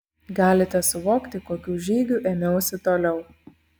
galite suvokti kokių žygių ėmiausi toliau